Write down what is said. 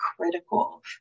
critical